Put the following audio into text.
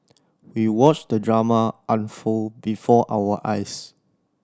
we watched the drama unfold before our eyes